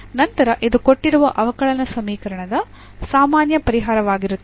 ನಂತರ ಇದು ಕೊಟ್ಟಿರುವ ಅವಕಲನ ಸಮೀಕರಣದ ಸಾಮಾನ್ಯ ಪರಿಹಾರವಾಗಿರುತ್ತದೆ